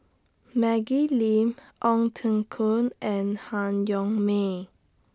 Maggie Lim Ong Teng Koon and Han Yong May